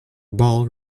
ball